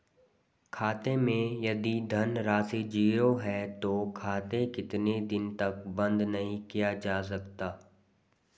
खाते मैं यदि धन राशि ज़ीरो है तो खाता कितने दिन तक बंद नहीं किया जा सकता?